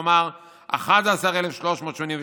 כלומר 11,387,